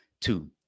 two